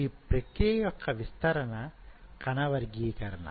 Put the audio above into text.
ఈ ప్రక్రియ యొక్క విస్తరణ కణ వర్గీకరణ